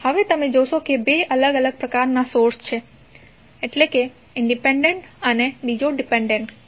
હવે તમે જોશો કે બે અલગ અલગ પ્રકારનાં સોર્સ છે એટલે કે ઇંડિપેંડેન્ટ અને બીજો ડિપેન્ડેન્ટ છે